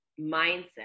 mindset